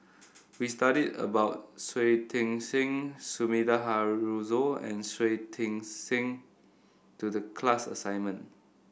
we studied about Shui Tit Sing Sumida Haruzo and Shui Tit Sing to the class assignment